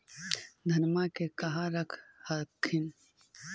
धनमा के कहा रख हखिन?